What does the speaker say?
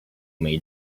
may